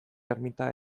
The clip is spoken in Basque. ermita